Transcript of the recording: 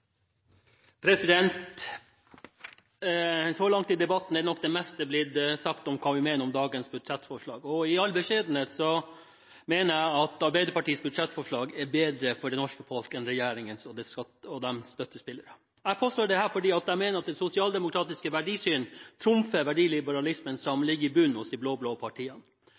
Så langt i debatten er nok det meste blitt sagt om hva vi mener om dagens budsjettforslag, og i all beskjedenhet mener jeg at Arbeiderpartiets budsjettforslag er bedre for det norske folk enn budsjettet til regjeringen og dens støttespillere. Jeg påstår dette, for jeg mener at det sosialdemokratiske verdisyn trumfer verdiliberalismen som ligger i bunnen hos de blå-blå partiene.